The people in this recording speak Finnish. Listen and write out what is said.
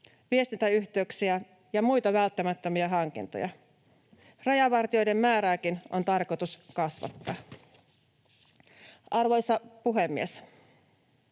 viestintäyhteyksiä ja muita välttämättömiä hankintoja. Rajavartijoiden määrääkin on tarkoitus kasvattaa. Arvoisa puhemies!